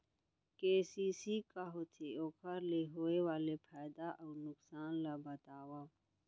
KCC का होथे, ओखर ले होय वाले फायदा अऊ नुकसान ला बतावव?